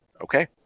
Okay